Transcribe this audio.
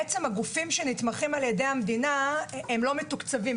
הגופים שנתמכים על-ידי המדינה הם לא מתוקצבים,